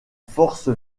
force